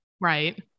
Right